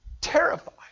Terrified